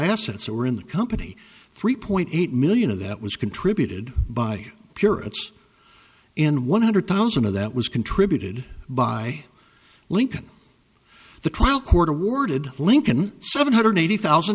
assets that were in the company three point eight million of that was contributed by pierrots in one hundred thousand of that was contributed by lincoln the trial court awarded lincoln seven hundred eighty thousand